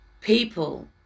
people